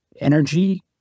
energy